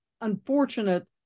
unfortunate